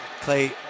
Clay